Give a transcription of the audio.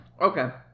Okay